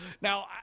Now